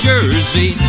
Jersey